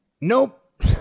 Nope